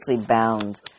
bound